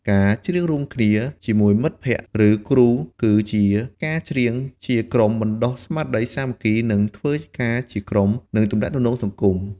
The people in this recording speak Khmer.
ការច្រៀងរួមគ្នា ជាមួយមិត្តភក្តិ ឬគ្រូគឺជា ការច្រៀងជាក្រុមបណ្ដុះស្មារតីសាមគ្គីភាព ការធ្វើការជាក្រុម និងទំនាក់ទំនងសង្គម។